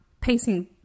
pacing